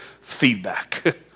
feedback